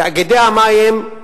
תאגידי המים,